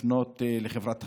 לפנות לחברת החשמל,